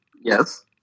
yes